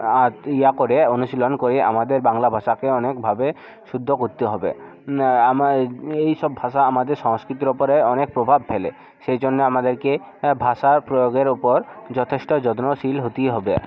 আতিয়া করে অনুশীলন করে আমাদের বাংলা ভাষাকে অনেকভাবে শুদ্ধ করতে হবে আমা এই সব ভাষা আমাদের সংস্কৃতির ওপরে অনেক প্রভাব ফেলে সেই জন্য আমাদেরকে ভাষার প্রয়োগের ওপর যথেষ্ট যত্নশীল হতে হবে